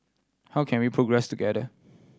how can we progress together